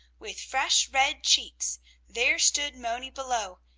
with fresh, red cheeks there stood moni below,